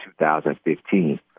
2015